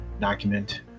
document